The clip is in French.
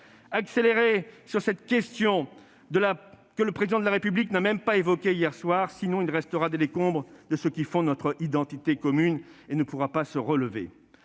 Accélérez sur cette question que le Président de la République n'a même pas évoquée hier soir, sinon, il ne restera que des décombres et ce qui fonde notre identité commune ne pourra pas se relever.